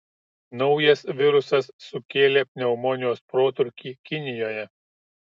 naujas virusas sukėlė pneumonijos protrūkį kinijoje